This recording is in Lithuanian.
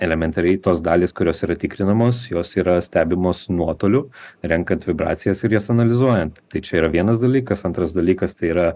elementariai tos dalys kurios yra tikrinamos jos yra stebimos nuotoliu renkant vibracijas ir jas analizuojant tai čia yra vienas dalykas antras dalykas tai yra